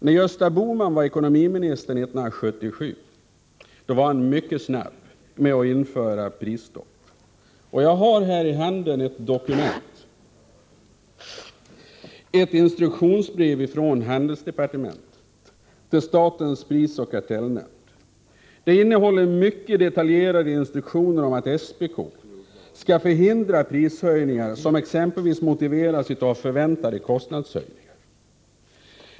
När Gösta Bohman var ekonomiminister 1977 var han mycket snabb med att införa prisstopp. Jag har här i handen ett dokument, ett instruktionsbrev från handelsdepartementet till statens prisoch kartellnämnd. Det innehåller mycket detaljerade instruktioner om att SPK skall förhindra prishöjningar som exempelvis motiveras av förväntade kostnadshöjningar.